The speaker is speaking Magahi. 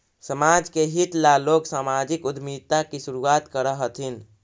समाज के हित ला लोग सामाजिक उद्यमिता की शुरुआत करअ हथीन